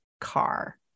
car